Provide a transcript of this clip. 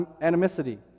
animosity